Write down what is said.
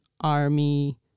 army